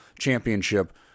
championship